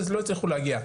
לא הצליחו להגיע,